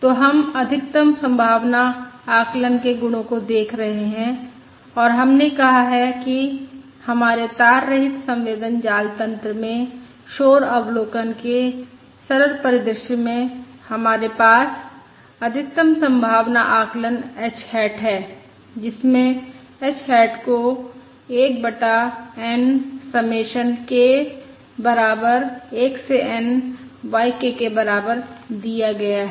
तो हम अधिकतम संभावना आकलन के गुणों को देख रहे हैं और हमने कहा है कि हमारे तार रहित संवेदन जाल तन्त्र में शोर अवलोकन के सरल परिदृश्य में हमारे पास अधिकतम संभावना आकलन h हैट है जिसमें h हैट को 1 बटा N समेशन k बराबर 1 से N y k के बराबर दिया गया है